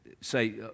say